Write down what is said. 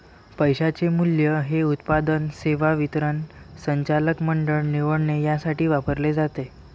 पैशाचे मूल्य हे उत्पादन, सेवा वितरण, संचालक मंडळ निवडणे यासाठी वापरले जाते